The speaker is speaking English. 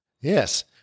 Yes